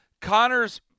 Connors